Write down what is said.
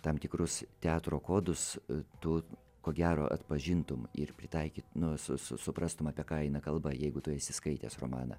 tam tikrus teatro kodus tu ko gero atpažintum ir pritaikyt nu su suprastum apie ką eina kalba jeigu tu esi skaitęs romaną